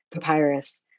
papyrus